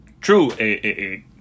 true